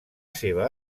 seva